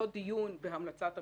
לא דיון בהמלצת הממשלה,